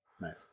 Nice